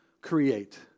create